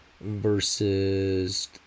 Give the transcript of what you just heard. versus